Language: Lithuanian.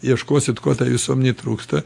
ieškosit ko tą visuomenei trūksta